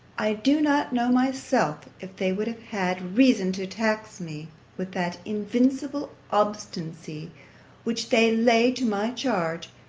i do not know myself, if they would have had reason to tax me with that invincible obstinacy which they lay to my charge